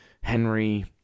Henry